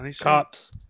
Cops